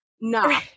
No